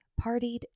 partied